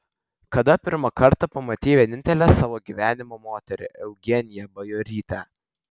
kada pirmą kartą pamatei vienintelę savo gyvenimo moterį eugeniją bajorytę